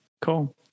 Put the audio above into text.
Cool